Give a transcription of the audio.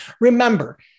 Remember